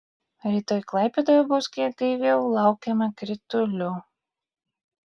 rytoj klaipėdoje bus kiek gaiviau laukiama kritulių